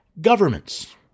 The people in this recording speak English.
governments